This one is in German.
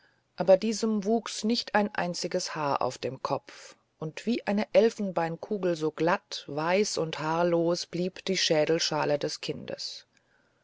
aber diesem wuchs nicht ein einziges haar auf dem kopf und wie eine elfenbeinkugel so glatt weiß und haarlos blieb die schädelschale des kindes